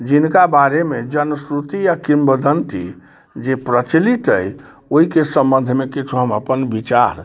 जिनका बारेमे जनश्रुति या किम्वदन्ती जे प्रचलित अइ ओइके सम्बन्धमे किछु हम अपन विचार